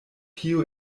tiu